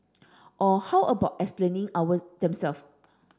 or how about explaining our them self